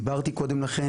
דיברתי קודם לכן,